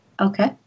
Okay